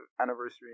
anniversary